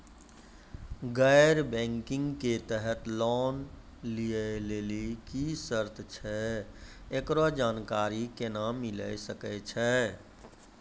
गैर बैंकिंग के तहत लोन लए लेली की सर्त छै, एकरो जानकारी केना मिले सकय छै?